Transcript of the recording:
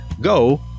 go